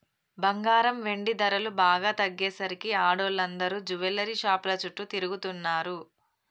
బంగారం, వెండి ధరలు బాగా తగ్గేసరికి ఆడోళ్ళందరూ జువెల్లరీ షాపుల చుట్టూ తిరుగుతున్నరు